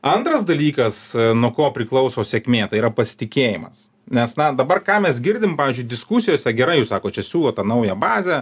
antras dalykas nuo ko priklauso sėkmė tai yra pasitikėjimas nes na dabar ką mes girdim pavyzdžiui diskusijose gerai jūs sako čia siūlot tą naują bazę